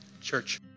Church